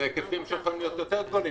אלה היקפים שיכולים להיות יותר גדולים.